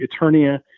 Eternia